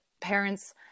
parents